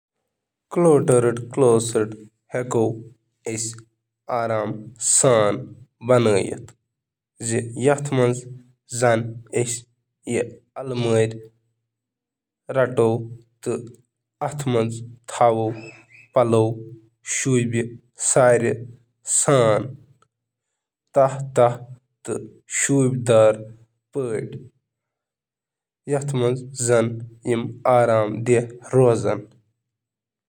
اکھ بے ترتیبی الماری منظم کرنہٕ خاطرٕ، ناپسندیدہ چیز ہٹاوتھ کٔرتھ کٔرِو ڈیکلٹرنگ شروع، پتہٕ پلو ٹائپ (شرٹس، پینٹ، ڈریس) کہ لحاظ سۭتۍ درجہٕ بندی کٔرتھ، میچنگ ہینگرن ہنٛد استعمال کٔرتھ، بوٹن تہٕ ہینڈ بیگن خاطرٕ شیلف یا لۄکٹۍ کیوب انسٹال کٔرتھ عمودی جاۓ استعمال کٔرتھ، تہٕ بیلٹ، سکارف تہٕ زیورات خاطرٕ ہک شٲمل۔ پَلوَن ہُنٛد اِنتِظام کٔرِو